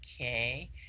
okay